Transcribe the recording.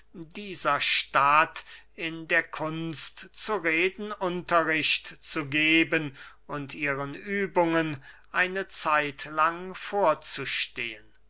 dieser stadt in der kunst zu reden unterricht zu geben und ihren übungen eine zeit lang vorzustehen